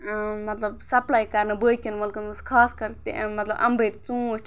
مطلب سَپلاے کَرنہٕ باقیَن مُلکَن منٛز خاص کَر تہِ مطلب اَمبٕرۍ ژوٗنٛٹھۍ